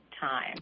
time